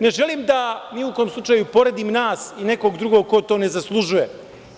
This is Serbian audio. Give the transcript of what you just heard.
Ne želim da ni u kom slučaju poredim nas i nekog drugog ko to ne zaslužuje,